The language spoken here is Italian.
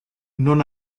non